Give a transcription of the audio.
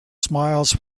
smiles